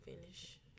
finish